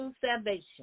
salvation